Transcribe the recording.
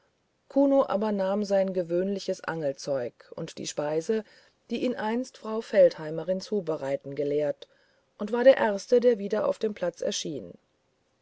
kuno aber nahm sein gewöhnliches angelzeug und die speise die ihn einst frau feldheimerin zubereiten gelehrt und war der erste der wieder auf dem platz erschien